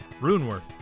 RUNEWORTH